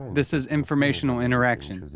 this is informational interaction,